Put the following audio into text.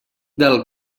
del